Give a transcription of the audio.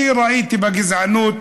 אני ראיתי בגזענות